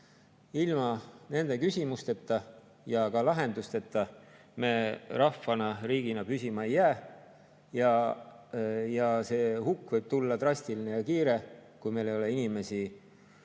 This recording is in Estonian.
Ilma nende küsimusteta ja ka lahendusteta me rahvana, riigina püsima ei jää. See hukk võib tulla drastiline ja kiire, kui meil ei ole inimesi